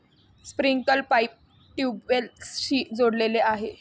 sprinkler pipe ट्यूबवेल्सशी जोडलेले आहे